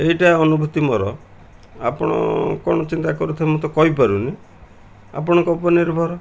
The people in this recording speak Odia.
ଏଇଟା ଅନୁଭୂତି ମୋର ଆପଣ କ'ଣ ଚିନ୍ତା କରୁଥିବେ ମୁଁ ତ କହିପାରୁନି ଆପଣଙ୍କ ଉପରେ ନିର୍ଭର